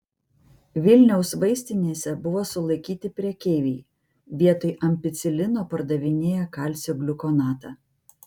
vilniaus vaistinėse buvo sulaikyti prekeiviai vietoj ampicilino pardavinėję kalcio gliukonatą